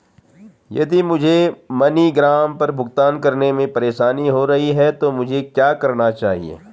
यदि मुझे मनीग्राम पर भुगतान करने में परेशानी हो रही है तो मुझे क्या करना चाहिए?